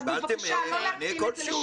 אז בבקשה, לא להקטין את זה -70,